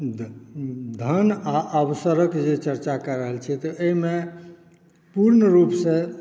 धान आओर अवसरक जे चरचा कै रहल छियै तऽ एहिमे पूर्ण रूपसॅं